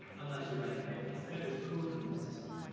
unless you're writing way of kings. then it is totally necessary.